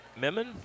Memon